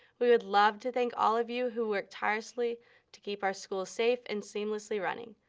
we would love to thank all of you who work tirelessly to keep our school safe and seamlessly running.